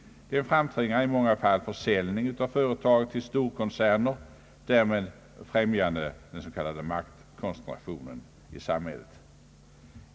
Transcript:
Den framtvingar i många fall försäljning av företag till storkoncerner, därmed främjande den s.k. maktkoncentrationen i samhället.